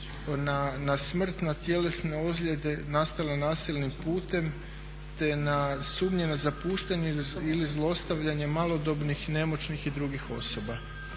na smrt, na tjelesne ozljede nastale nasilnim putem te na sumnje na zapuštanje ili zlostavljanje malodobnih, nemoćnih i drugih osoba.